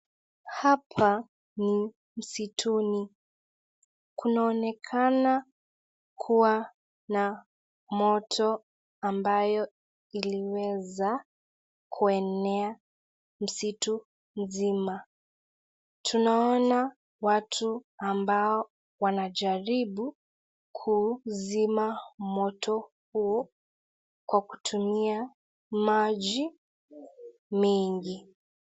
Hapa ni msituni, kunaonekana kuwa na moto ambao uliweza kuenea msitu mzima. Tunaona watu ambao wanajaribu kuuzima moto huu kutumia maji mingi.